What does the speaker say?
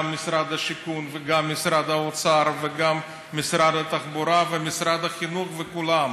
גם משרד השיכון וגם משרד האוצר וגם משרד התחבורה ומשרד החינוך וכולם.